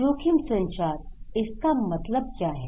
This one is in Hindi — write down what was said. जोखिम संचार इसका मतलब क्या है